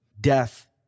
death